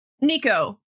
Nico